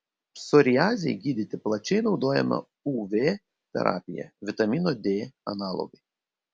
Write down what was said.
psoriazei gydyti plačiai naudojama uv terapija vitamino d analogai